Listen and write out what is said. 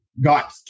got